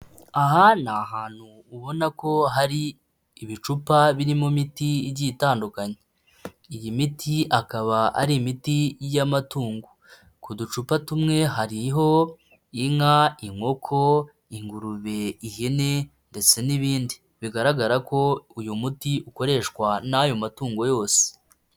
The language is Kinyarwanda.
Aha ni ahantu ubona ko hari ibicupa birimo imiti igiye itandukanye, iyi miti akaba ari imiti y'amatungo, ku ducupa tumwe hariho inka inkoko, ingurube, ihene ndetse n'ibindi bigaragara ko uyu muti ukoreshwa n'ayo matungo yose.